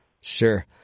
sure